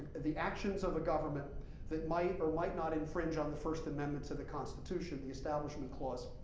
the actions of a government that might or might not infringe on the first amendment to the constitution, the establishment clause.